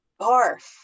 Barf